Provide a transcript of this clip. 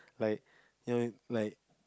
like you know like